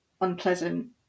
unpleasant